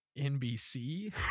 nbc